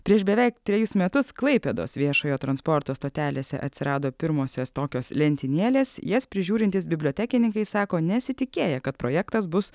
prieš beveik trejus metus klaipėdos viešojo transporto stotelėse atsirado pirmosios tokios lentynėlės jas prižiūrintys bibliotekininkai sako nesitikėję kad projektas bus